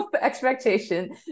expectation